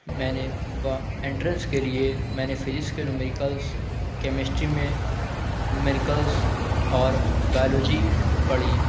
میں نے انٹرنس کے لیے میں نے فیجکس کے نومیریکلس کیمسٹری میں نومیریکلس اور بائلوجی پڑھی